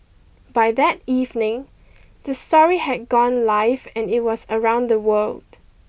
by that evening the story had gone live and it was around the world